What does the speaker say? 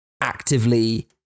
actively